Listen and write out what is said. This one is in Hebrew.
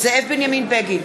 זאב בנימין בגין,